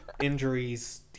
injuries